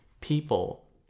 people